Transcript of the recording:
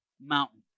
mountain